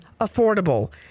affordable